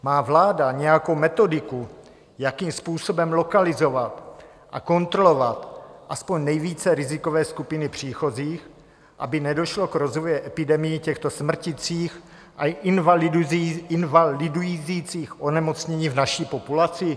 Má vláda nějakou metodiku, jakým způsobem lokalizovat a kontrolovat aspoň nejvíce rizikové skupiny příchozích, aby nedošlo k rozvoji epidemií těchto smrtících a invalidizujících onemocnění v naší populaci?